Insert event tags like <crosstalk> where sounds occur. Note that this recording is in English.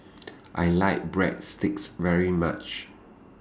<noise> I like Breadsticks very much